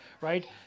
right